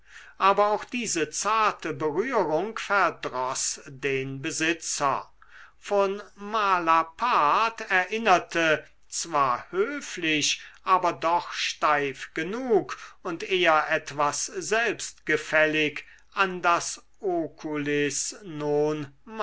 aber auch diese zarte berührung verdroß den besitzer von malapart erinnerte zwar höflich aber doch steif genug und eher etwas selbstgefällig an das oculis